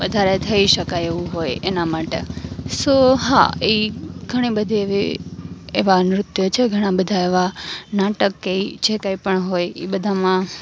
વધારે થઈ શકાય એવું હોય એના માટે સો હા એ ઘણી બધી એવી એવાં નૃત્યો છે ઘણાં બધાં એવાં નાટક કે એ જે કંઈપણ હોય એ બધામાં